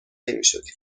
نمیشدیم